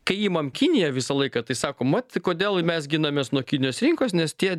kai imam kiniją visą laiką tai sakom vat kodėl mes ginamės nuo kinijos rinkos nes tie